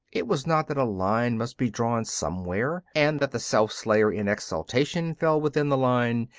it was not that a line must be drawn somewhere, and that the self-slayer in exaltation fell within the line,